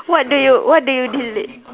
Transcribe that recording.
what do you what do you delete